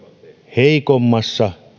heikommassa